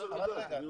אני רוצה לדעת,